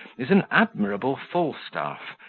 is an admirable falstaff,